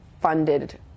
funded